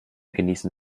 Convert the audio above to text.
genießen